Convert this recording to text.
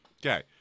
Okay